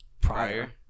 prior